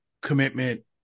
commitment